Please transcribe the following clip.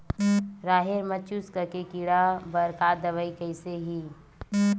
राहेर म चुस्क के कीड़ा बर का दवाई कइसे ही?